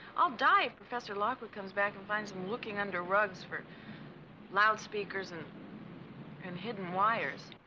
i'll die if professor lockwood comes back and finds him looking under rugs for loudspeakers and and hidden wires